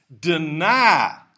deny